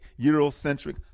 Eurocentric